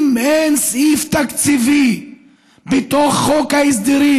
אם אין סעיף תקציבי בתוך חוק ההסדרים